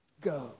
go